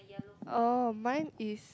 oh mine is